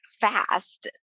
fast